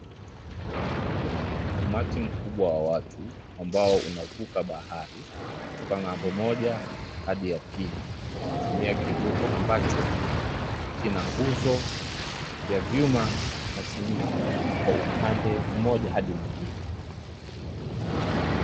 Umati mkubwa wa watu ambao unavuka bahari, kutoka ng'ambo moja hadi ya pili kutumia kivuko ambacho kina nguzo ya vyuma na simiti kwa upande mmoja hadi mwingine.